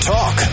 Talk